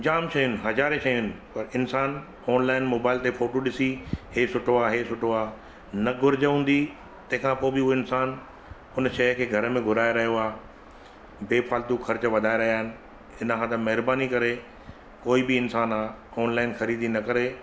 जाम शयूं आहिनि हज़ारे शयूं आहिनि पर इन्सानु ऑनलाइन मोबाइल ते फ़ोटू ॾिसी हीअ सुठो आहे हीअ सुठो आहे न घुर्ज हूंदी तंहिंखां पोइ बि उहे इन्सानु उन शइ खे घर में घुराए रहियो आहे बेफालतू ख़र्च वधाए रहिया आहिनि इन्हीअ खां त महिरबानी करे कोई बि इन्सानु आहे ऑनलाइन ख़रीदी न करे